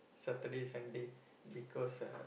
Saturday Sunday because uh